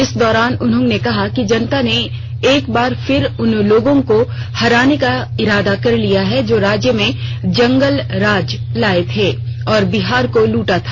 इस दौरान उन्होंने कहा कि जनता ने एक बार फिर उन लोगों को हराने का इरादा कर लिया है जो राज्य में जंगल राज लाए थे और बिहार को लूटा था